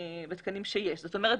זאת אומרת,